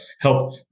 help